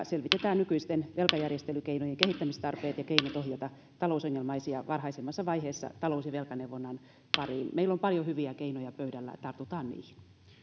selvitetään nykyisten velkajärjestelykeinojen kehittämistarpeet ja keinot ohjata talousongelmaisia varhaisemmassa vaiheessa talous ja velkaneuvonnan pariin meillä on paljon hyviä keinoja pöydällä tartutaan niihin